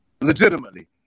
Legitimately